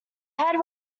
head